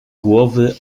głowy